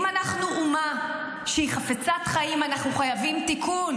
אם אנחנו אומה שהיא חפצת חיים אנחנו חייבים תיקון.